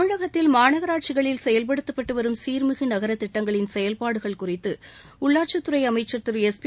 தமிழகத்தில் மாநகராட்சிகளில் செயல்படுத்தப்பட்டு வரும் சீர்மிகு நகர திட்டங்களின் செயல்பாடுகள் குறித்து உள்ளாட்சித்துறை அமைச்சர் திரு எஸ்பி